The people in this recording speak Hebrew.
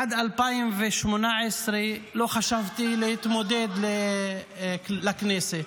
עד 2018 לא חשבתי להתמודד לכנסת.